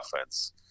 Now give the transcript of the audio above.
offense